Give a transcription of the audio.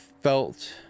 felt